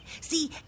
See